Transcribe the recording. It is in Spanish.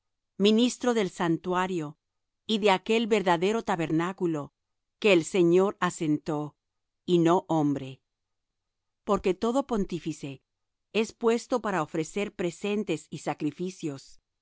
ministro del santuario y de aquel verdadero tabernáculo que el señor asentó y no hombre porque todo pontífice es puesto para ofrecer presentes y sacrificios